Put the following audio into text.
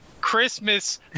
Christmas